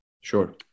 Sure